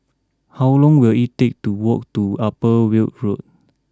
how long will it take to walk to Upper Weld Road